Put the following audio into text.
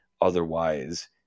Otherwise